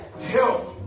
Help